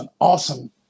awesome